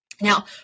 Now